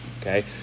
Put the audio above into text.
okay